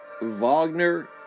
Wagner